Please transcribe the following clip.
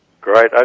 Great